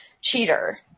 cheater